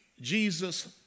Jesus